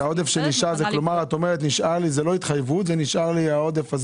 את אומרת שנשאר עודף.